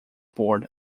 board